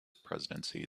presidency